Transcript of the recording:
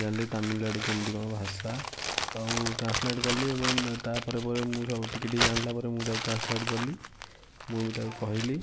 ଜାଣିଲି ତାମିଲନାଡ଼ୁ କେମିତି କଣ ଭାଷା ଆଉ ଟ୍ରାନ୍ସଲେଟ୍ କଲି ଏବଂ ତା'ପରେ ପରେ ମୁଁ ସବୁ ଟିକେ ଟିକେ ଜାଣିଲା ପରେ ମୁଁ ଟ୍ରାନ୍ସଲେଟ୍ କଲି ମୁଁ ବି ତାକୁ କହିଲି